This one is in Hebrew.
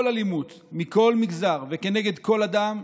כל אלימות, מכל מגזר וכנגד כל אדם,